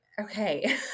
Okay